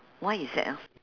what is that ah